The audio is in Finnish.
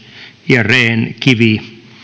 ja rehn kivi